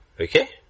Okay